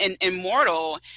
immortal